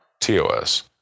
TOS